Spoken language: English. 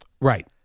Right